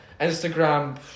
Instagram